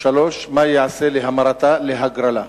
3. מה ייעשה להמרתה להגרלה?